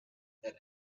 that